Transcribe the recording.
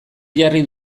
jarri